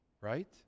Right